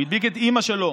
הוא הדביק את אימא שלו,